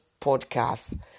podcast